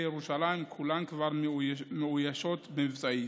איתרי ירושלים, כולן כבר מאוישות מבצעית.